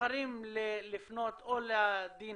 אנשים יבחרו לפנות או לדין